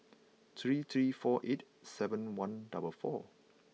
three three four eight seven one double four